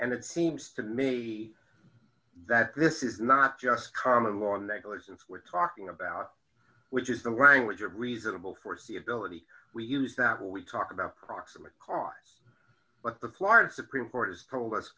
and it seems to me that this is not just common law negligence we're talking about which is the language of reasonable foreseeability we use that when we talk about proximate cause but the florida supreme court has told us